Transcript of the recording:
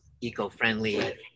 eco-friendly